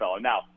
Now